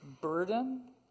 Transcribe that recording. burden